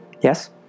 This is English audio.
Yes